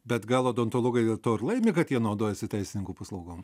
bet gal odontologai dėl to ir laimi kad jie naudojasi teisininkų paslaugom